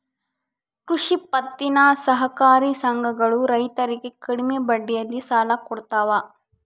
ಕೃಷಿ ಪತ್ತಿನ ಸಹಕಾರಿ ಸಂಘಗಳು ರೈತರಿಗೆ ಕಡಿಮೆ ಬಡ್ಡಿಯಲ್ಲಿ ಸಾಲ ಕೊಡ್ತಾವ